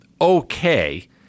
okay